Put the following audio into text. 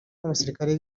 n’abasirikari